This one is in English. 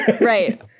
right